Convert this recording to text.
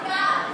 אני בעד.